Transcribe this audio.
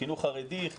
חינוך חרדי?